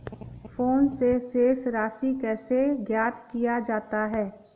Phone से शेष राशि कैसे ज्ञात किया जाता है?